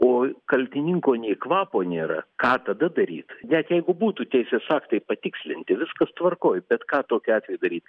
o kaltininko nei kvapo nėra ką tada daryt net jeigu būtų teisės aktai patikslinti viskas tvarkoj bet ką tokiu atveju daryt